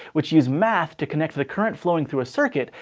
which use math to connect the current flowing through a circuit,